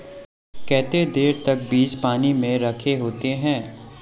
केते देर तक बीज पानी में रखे होते हैं?